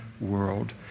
world